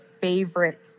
favorite